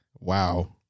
Wow